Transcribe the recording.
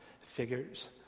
figures